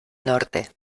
norte